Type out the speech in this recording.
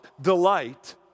delight